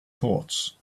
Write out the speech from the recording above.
thoughts